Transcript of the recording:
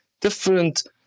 different